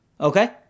Okay